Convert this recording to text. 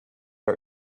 our